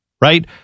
right